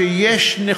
חוק משק הגז הטבעי (הגברת התחרות).